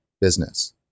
business